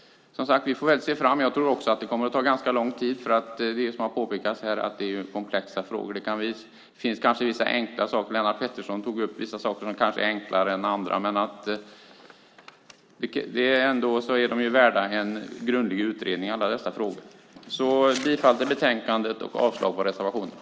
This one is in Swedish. Jag tror också att det kommer att ta ganska lång tid. Som det har påpekats här är det komplexa frågor. Det finns kanske vissa enkla saker i sammanhanget. Lennart Pettersson tog upp vissa saker som kanske är enklare än andra, men alla dessa frågor är värda en grundlig utredning. Åter yrkar jag bifall till förslaget i betänkandet och avslag på reservationerna.